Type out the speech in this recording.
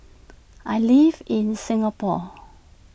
I live in Singapore